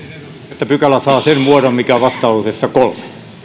että pykälä saa sen muodon mikä on vastalauseessa kolme